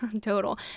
total